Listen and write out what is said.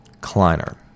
Kleiner